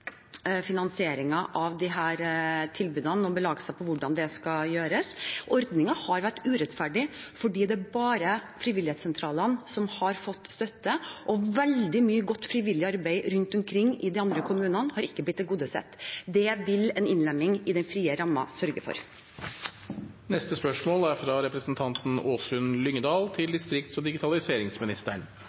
vært urettferdig fordi det er bare frivilligsentralene som har fått støtte. Veldig mye godt frivillig arbeid rundt omkring i de andre kommunene er ikke blitt tilgodesett. Det vil en innlemming i den frie rammen sørge for. Presidenten minner spørsmålsstillerne og statsråden om å forholde seg til